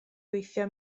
gweithio